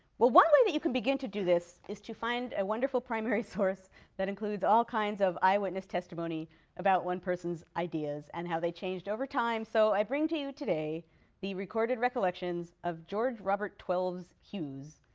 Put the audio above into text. well, one way that you can begin to do this is to find a wonderful primary source that includes all kinds of eyewitness testimony about one person's ideas and how they changed over time. so i bring to you today the recorded recollections of george robert twelves hughes,